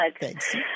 Thanks